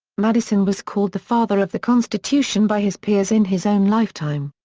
madison was called the father of the constitution by his peers in his own lifetime.